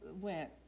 went